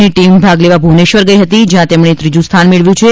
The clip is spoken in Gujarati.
ની ટીમ ભાગ લેવા ભુવનેશ્વર ગઈ હતી જ્યાં તેમણે ત્રીજુ સ્થાન મેળવ્યું છે